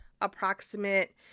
approximate